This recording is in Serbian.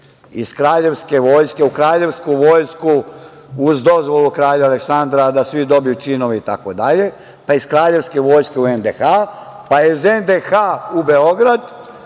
iz kraljevske vojske, u kraljevsku vojsku, uz dozvolu kralja Aleksandra, a da svi dobiju činove itd, pa iz kraljevske vojske u NDH, pa iz NDH u Beograd,